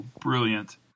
brilliant